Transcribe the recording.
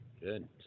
Good